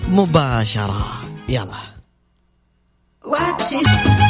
مباشرة. يلا. What?